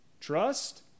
Trust